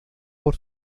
por